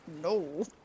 no